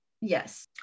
Yes